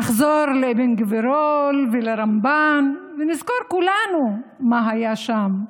נחזור לאבן גבירול ולרמב"ם ונזכור כולנו מה היה שם,